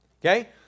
okay